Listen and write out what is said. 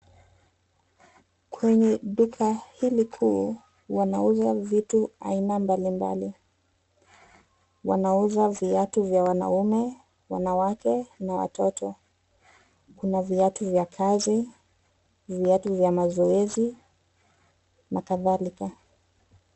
Kwenye duka hili kuu, wanauza vitu aina mbali mbali. Wanauza viatu vya wanaume, wanawake na watoto. Kuna viatu vya kazi, viatu vya mazoezi na kadhalika.